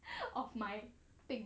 of my thing